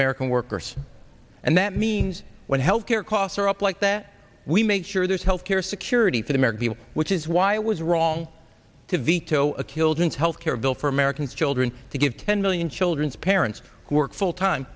american workers and that means when health care costs are up like that we make sure there's health care security for the american people which is why it was wrong to veto a killjoy and health care bill for american children to give ten million children's parents who work full time